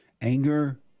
Anger